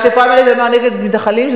מה שאפרים הלוי אמר נגד מתנחלים,